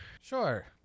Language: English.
Sure